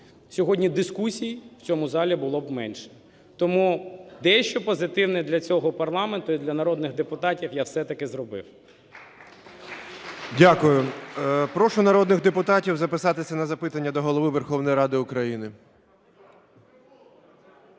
сьогодні дискусій в цьому залі було б менше. Тому дещо позитивне для цього парламенту і для народних депутатів я все-таки зробив. ГОЛОВУЮЧИЙ. Дякую. Прошу народних депутатів записатися на запитання до Голови Верховної Ради України.